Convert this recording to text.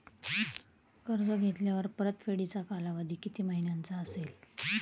कर्ज घेतल्यावर परतफेडीचा कालावधी किती महिन्यांचा असेल?